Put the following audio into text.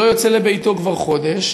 שלא יוצא לביתו כבר חודש,